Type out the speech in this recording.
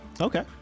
Okay